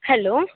hello